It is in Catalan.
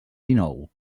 dinou